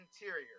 Interior